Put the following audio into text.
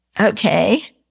Okay